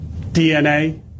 DNA